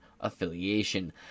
affiliation